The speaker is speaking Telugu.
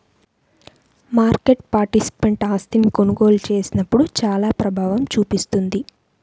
మార్కెట్ పార్టిసిపెంట్ ఆస్తిని కొనుగోలు చేసినప్పుడు చానా ప్రభావం చూపిస్తుంది